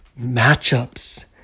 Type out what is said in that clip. matchups